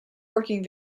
working